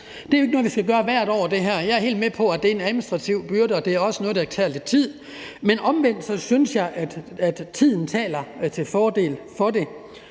er jo ikke noget, vi skal gøre hvert år. Jeg er helt med på, at det er en administrativ byrde og også er noget, der tager lidt tid, men omvendt synes jeg, at tiden taler til fordel for det.